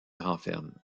renferme